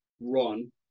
run